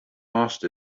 asked